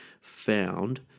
found